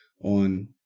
on